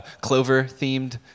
clover-themed